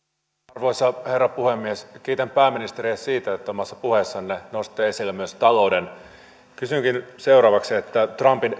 arvoisa herra puhemies kiitän pääministeriä siitä että omassa puheessanne nostitte esille myös talouden kysynkin seuraavaksi trumpin